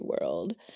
world